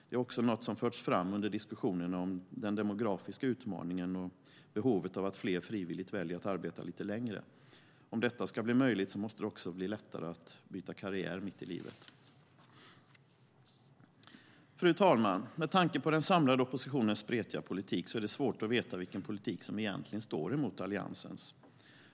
Det är också något som har förts fram under diskussionerna om den demografiska utmaningen och behovet av att fler frivilligt väljer att arbeta lite längre. Om detta ska bli möjligt måste det också bli lättare att byta karriär mitt i livet. Fru talman! Med tanke på den samlade oppositionens spretiga politik är det svårt att veta vilken politik som egentligen står emot Alliansens.